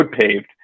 paved